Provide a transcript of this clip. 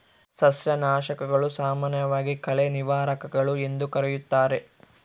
ಸಸ್ಯನಾಶಕಗಳು, ಸಾಮಾನ್ಯವಾಗಿ ಕಳೆ ನಿವಾರಕಗಳು ಎಂದೂ ಕರೆಯುತ್ತಾರೆ